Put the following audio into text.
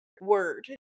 word